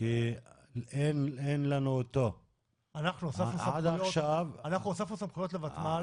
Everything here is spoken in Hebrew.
כי אם אין לנו אותו עד עכשיו -- אנחנו הוספנו סמכויות לוותמ"ל